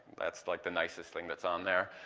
that's like the nicest thing that's on there,